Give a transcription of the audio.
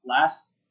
last